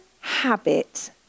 habit